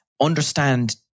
understand